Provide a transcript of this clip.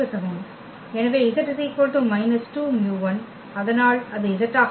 எனவே z −2μ1 அதனால் அது z ஆக இருக்கும்